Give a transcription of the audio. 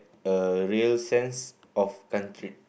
a real sense of country